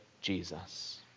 Jesus